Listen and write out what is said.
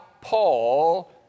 Paul